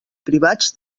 privats